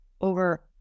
over